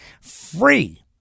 free